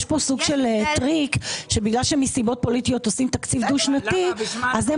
יש פה סוג של טריק שבגלל שמסיבות פוליטיות עושים תקציב דו שנתי אז הם